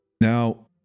Now